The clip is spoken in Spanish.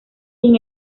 sin